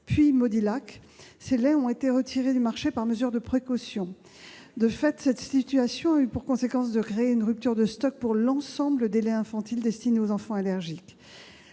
groupe Modilac, ces laits ont été retirés du marché par mesure de précaution. Cette situation a entraîné une rupture de stock pour l'ensemble des laits infantiles destinés aux enfants allergiques.